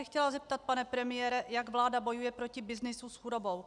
Chtěla bych se zeptat, pane premiére, jak vláda bojuje proti byznysu s chudobou.